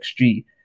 XG